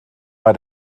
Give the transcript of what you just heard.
bei